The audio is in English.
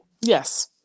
Yes